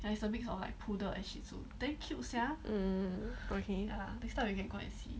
um okay